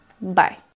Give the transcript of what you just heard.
bye